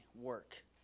work